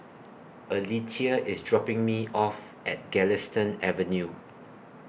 Alethea IS dropping Me off At Galistan Avenue